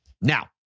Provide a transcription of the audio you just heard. Now